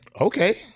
Okay